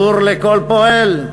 טור לכל פועל?